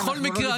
בכל מקרה,